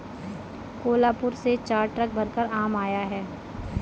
कोहलापुर से चार ट्रक भरकर आम आया है